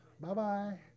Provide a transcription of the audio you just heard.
Bye-bye